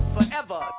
Forever